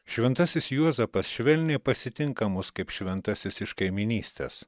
šventasis juozapas švelniai pasitinka mus kaip šventasis iš kaimynystės